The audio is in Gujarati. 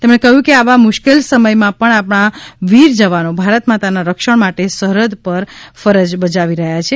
તેમણે કહ્યું કે આવા મુશ્કેલ સમયમાં પણ આપણા વીર જવાનો ભારતમાતાના રક્ષણ માટે સરહદ ઉપર ફરજ બજાવી રહ્યા છે